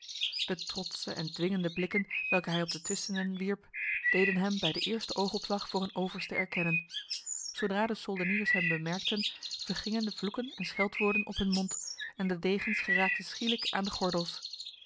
de trotse en dwingende blikken welke hij op de twistenden wierp deden hem bij de eerste oogopslag voor een overste erkennen zodra de soldeniers hem bemerkten vergingen de vloeken en scheldwoorden op hun mond en de degens geraakten schielijk aan de gordels